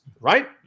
right